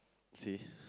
see